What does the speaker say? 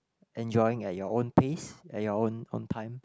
enjoying at your own pace at your own own time